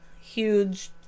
huge